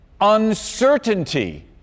uncertainty